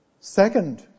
Second